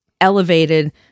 elevated